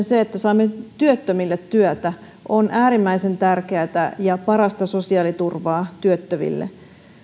se että saamme työttömille työtä on äärimmäisen tärkeätä ja parasta sosiaaliturvaa työttömille